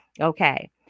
okay